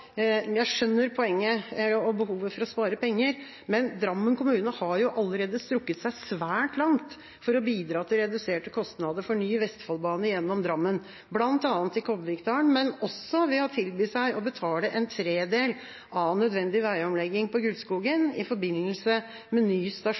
Jeg skjønner poenget og behovet for å spare penger, men Drammen kommune har allerede strukket seg svært langt for å bidra til reduserte kostnader for ny vestfoldbane gjennom Drammen, bl.a. i Kobbervikdalen, men også ved å tilby seg å betale en tredel av nødvendig veiomlegging på